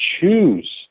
choose